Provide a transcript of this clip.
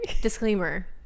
Disclaimer